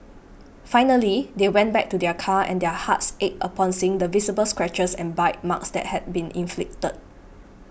finally they went back to their car and their hearts ached upon seeing the visible scratches and bite marks that had been inflicted